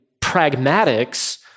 pragmatics